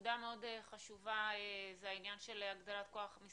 נקודה מאוד חשובה זה העניין של הגדלת כוח האדם